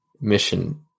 mission